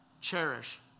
Cherish